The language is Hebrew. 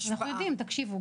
תקשיבו,